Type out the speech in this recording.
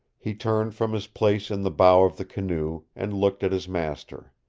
he turned from his place in the bow of the canoe, and looked at his master.